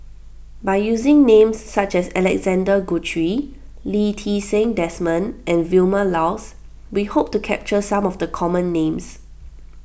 by using names such as Alexander Guthrie Lee Ti Seng Desmond and Vilma Laus we hope to capture some of the common names